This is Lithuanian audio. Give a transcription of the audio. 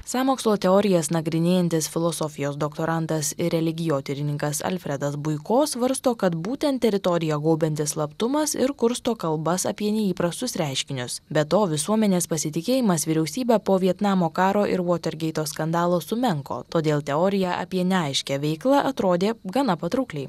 sąmokslo teorijas nagrinėjantys filosofijos doktorantas ir religijotyrininkas alfredas buiko svarsto kad būtent teritoriją gaubiantis slaptumas ir kursto kalbas apie neįprastus reiškinius be to visuomenės pasitikėjimas vyriausybe po vietnamo karo ir votergeito skandalo sumenko todėl teorija apie neaiškią veiklą atrodė gana patraukliai